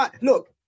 look